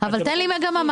אבל תן לי מגמה,